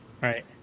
Right